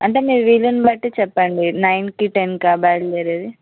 అంటే మీ వీలుని బట్టి చెప్పండి నైన్కి టెన్కా బయలుదేరేది